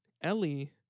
Ellie